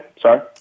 sorry